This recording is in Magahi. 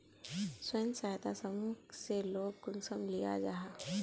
स्वयं सहायता समूह से लोन कुंसम लिया जाहा?